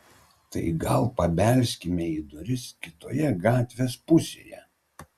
tai gal pabelskime į duris kitoje gatvės pusėje